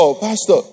Pastor